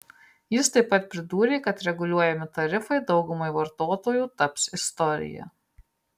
jis taip pat pridūrė kad reguliuojami tarifai daugumai vartotojų taps istorija